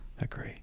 Agree